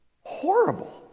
Horrible